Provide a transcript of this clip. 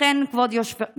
לכן, כבוד היושב-ראש,